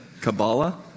Kabbalah